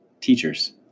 Teachers